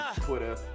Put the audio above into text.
Twitter